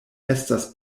estas